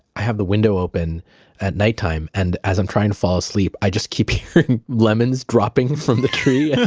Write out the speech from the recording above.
i have the window open at nighttime and as i'm trying to fall asleep, i just keep hearing lemons dropping from the tree.